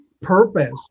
purpose